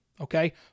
okay